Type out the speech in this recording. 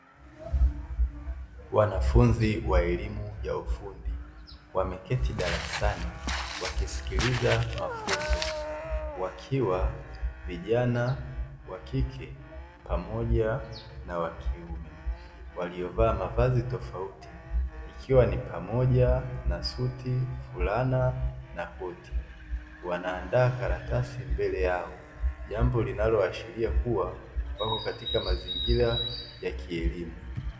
Wanafunzi ya elimu ya ufundi wameketi darasani wakisikiliza mafunzo wakiwa vijana wa kike pamoja na wa kiume waliovaa mavazi tofauti ikiwa ni pamoja na suti, fulana na koti, wanaandaa karatasi mbele yao, jambo linaloashiria kuwa wapo katika mazingira ya kielimu.